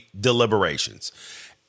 deliberations